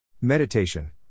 Meditation